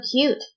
cute